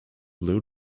blow